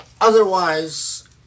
otherwise